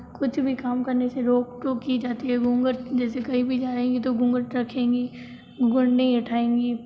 कुछ भी काम करने से रोक टोक की जाती है घूंघट जैसे कहीं भी जाएगी यह तो घूंघट रखेगी घूंघट नहीं अठाएगी